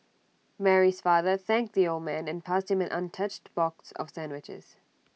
Mary's father thanked the old man and passed him an untouched box of sandwiches